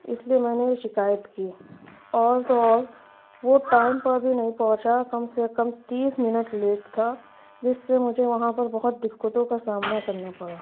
اس لیے میں نے یہ شکایت کی اور تو اور وہ ٹائم پر بھی نہیں پہنچا کم سے کم تیس منٹ لیٹ تھا جس سے مجھے وہاں پر بہت دقتوں کا سامنا کرنا پڑا